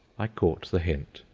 i caught the hint,